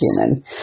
human